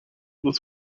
was